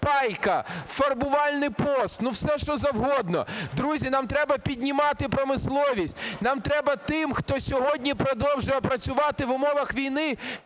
пайка, фарбувальний пост. Ну все що завгодно. Друзі, нам треба піднімати промисловість. Нам треба тим, хто сьогодні продовжує працювати в умовах війни,